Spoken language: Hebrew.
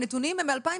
הנתונים הם מ-2017.